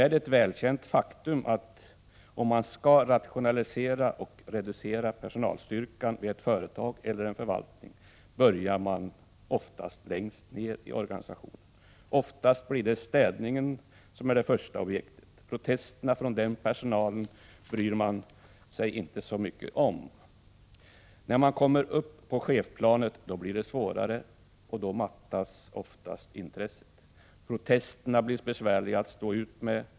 Det är ett välkänt faktum, att om man skall rationalisera och reducera personalstyrkan vid ett företag eller en förvaltning, börjar man längs ner i organisationen. Oftast blir städningen det första objektet. Protesterna från den personalen bryr man sig inte mycket om. När man kommer upp på chefsplanet, blir det svårare och då mattas intresset. Protesterna blir besvärligare att stå ut med.